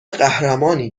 قهرمانی